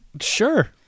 Sure